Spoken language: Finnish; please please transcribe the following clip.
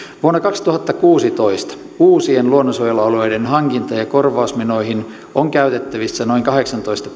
vuonna kaksituhattakuusitoista uusien luonnonsuojelualueiden hankinta ja korvausmenoihin on käytettävissä noin kahdeksantoista